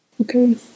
Okay